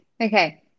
okay